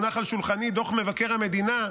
מונח על שולחני דוח מבקר המדינה,